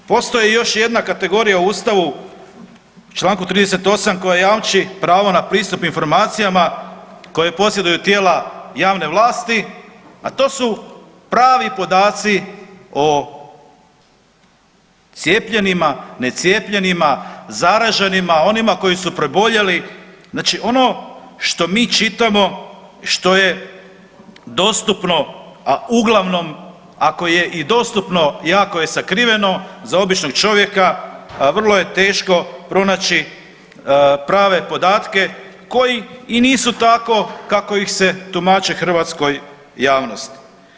Nažalost, postoji još jedna kategorija u ustavu u čl. 38. koja jamči pravo na pristup informacijama koje posjeduju tijela javne vlasti, a to su pravi podaci o cijepljenima, necijepljenima, zaraženima, onima koji su preboljeli, znači ono što mi čitamo i što je dostupno, a uglavnom ako je i dostupno i ako je sakriveno za običnog čovjeka vrlo je teško pronaći prave podatke koji i nisu tako kako ih se tumače hrvatskoj javnosti.